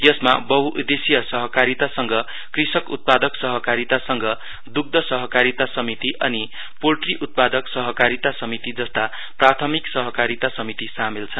यसमा बहुउदेश्यीय सहकारीता संघ कृषक उतपादक सहकारीता संघ दुग्ध सहकारीता समिति अनि पोल्ट्री उत्पादक सहकारीता समिति जस्ता प्राथमिक सहकारीता समिति सामेलस छन्